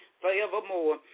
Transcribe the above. forevermore